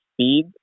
speed